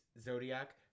zodiac